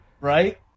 Right